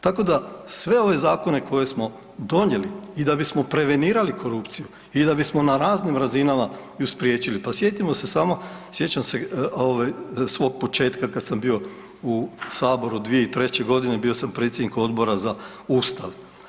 Tako da sve ove zakone koje smo donijeli i da bismo prevenirali korupciju i da bismo na raznim razinama ju spriječili, pa sjetimo se samo, sjećam se ovaj svog početka kad sam bio u saboru 2003. godine bio sam predsjednik Odbora za Ustav.